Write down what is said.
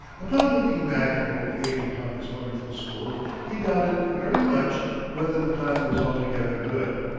upon looking back in old age upon this wonderful school, he doubted very much whether the plan was altogether good.